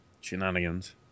Shenanigans